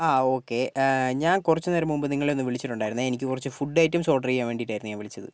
ആ ഓക്കേ ഞാൻ കുറച്ചു നേരം മുൻപ് നിങ്ങളെ ഒന്ന് വിളിച്ചിട്ടുണ്ടായിരുന്നെ എനിക്ക് കുറച്ച് ഫുഡ് ഐറ്റംസ് ഓർഡർ ചെയ്യാൻ വേണ്ടിയായിരുന്നെ ഞാൻ വിളിച്ചത്